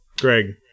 Greg